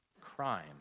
crime